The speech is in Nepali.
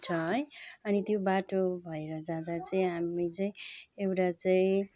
छ है अनि त्यो बाटो भएर जाँदा चाहिँ हामी चाहिँ एउटा चाहिँ